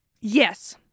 Yes